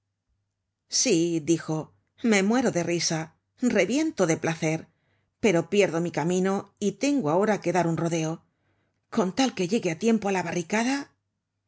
sí dijo me muero de risa reviento de placer pero pierdo mi camino y tengo ahora que dar un rodeo con tal que llegue á tiempo a la barricada